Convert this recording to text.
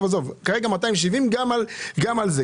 כרגע 270 גם על זה.